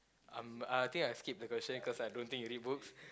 um uh I think I'll skip the question cause I don't think you read books